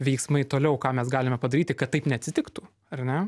veiksmai toliau ką mes galime padaryti kad taip neatsitiktų ar ne